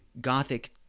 Gothic